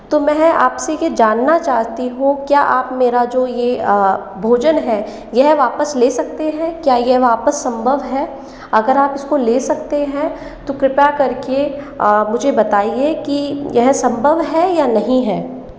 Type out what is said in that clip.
तो मैं आपसे ये जानना चाहती हूँ क्या आप मेरा जो ये भोजन है यह वापस ले सकते हैं क्या ये वापस संभव है अगर आप इसको ले सकते हैं तो कृपया करके मुझे बताइए की यह संभव है या नहीं है